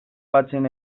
batzen